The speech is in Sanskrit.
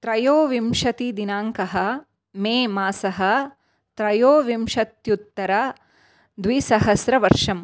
त्रयोविंशतिदिनाङ्कः मे मासः त्रयोविंशत्योत्तरद्विसहस्रवर्षं